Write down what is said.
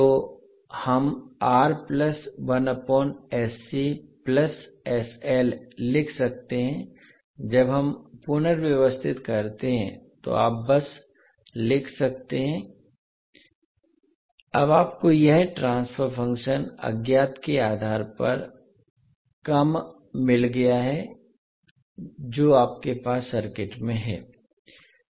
तो हम लिख सकते हैं जब हम पुनर्व्यवस्थित करते हैं तो आप बस लिख सकते हैं अब आपको यह ट्रांसफर फंक्शन अज्ञात के आधार पर कम मिल गया है जो आपके पास सर्किट में है